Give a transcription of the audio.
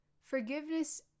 Forgiveness